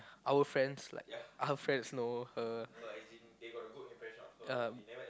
our friends like our friends know her